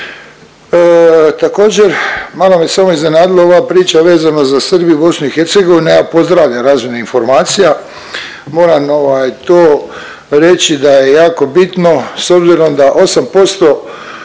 Također, malo me samo iznenadila ova priča vezano za Srbiju i BiH, ja pozdravljam razmjenu informacija, moram ovaj to reći da je jako bitno s obzirom da 8%